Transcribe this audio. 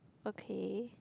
okay